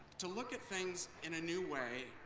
to look at things in a new way,